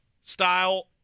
style